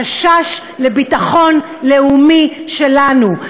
חשש לביטחון הלאומי שלנו.